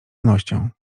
wnością